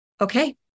okay